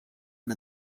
one